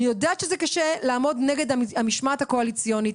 אני יודעת שזה קשה לעמוד נגד המשמעת הקואליציונית,